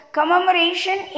Commemoration